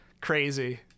Crazy